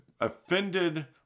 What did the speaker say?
offended